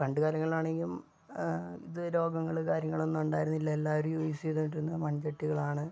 പണ്ട് കാലങ്ങളിൽ ആണെങ്കിൽ ഇത് രോഗങ്ങള് കാര്യങ്ങളൊന്നും ഉണ്ടായിരുന്നില്ല എല്ലാവരും യൂസ് ചെയ്തുകൊണ്ടിരുന്നത് മൺചട്ടികളാണ്